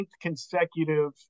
consecutive